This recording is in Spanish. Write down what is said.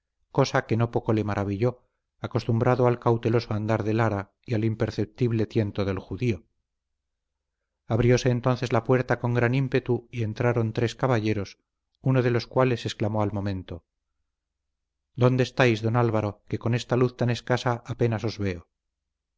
cosa que no poco le maravilló acostumbrado al cauteloso andar de lara y al imperceptible tiento del judío abrióse entonces la puerta con gran ímpetu y entraron tres caballeros uno de los cuales exclamó al momento dónde estáis don álvaro que con esta luz tan escasa apenas os veo